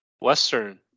Western